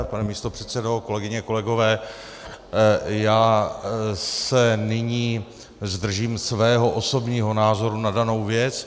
Pane místopředsedo, kolegyně, kolegové, já se nyní zdržím svého osobního názoru na danou věc.